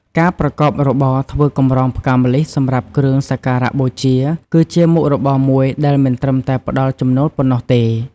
ការប្រកបរបរធ្វើកម្រងផ្កាម្លិះសម្រាប់គ្រឿងសក្ការបូជា គឺជាមុខរបរមួយដែលមិនត្រឹមតែផ្ដល់ចំណូលប៉ុណ្ណោះទេ។